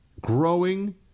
growing